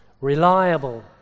reliable